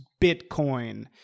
Bitcoin